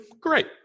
great